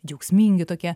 džiaugsmingi tokie